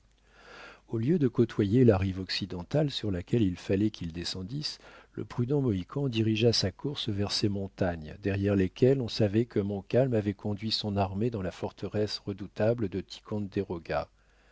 au lieu de côtoyer la rive occidentale sur laquelle il fallait qu'ils descendissent le prudent mohican dirigea sa course vers ces montagnes derrière lesquelles on savait que montcalm avait conduit son armée dans la forteresse redoutable de